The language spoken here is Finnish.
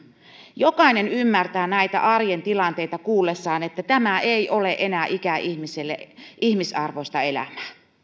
jokainen ymmärtää näitä arjen tilanteita kuullessaan että tämä ei ole enää ikäihmiselle ihmisarvoista elämää